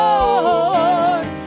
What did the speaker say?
Lord